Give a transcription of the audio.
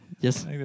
Yes